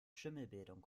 schimmelbildung